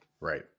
Right